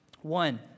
One